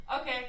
Okay